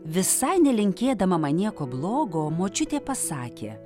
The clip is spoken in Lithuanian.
visai nelinkėdama man nieko blogo močiutė pasakė